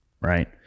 right